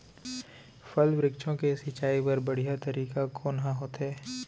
फल, वृक्षों के सिंचाई बर बढ़िया तरीका कोन ह होथे?